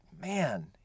man